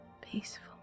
peaceful